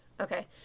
okay